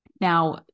Now